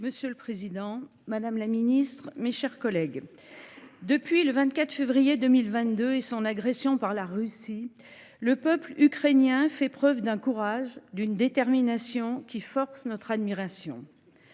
Monsieur le président, madame la ministre, mes chers collègues, depuis le 24 février 2022 et son agression par la Russie, le peuple ukrainien fait preuve d’un courage et d’une détermination qui forcent notre admiration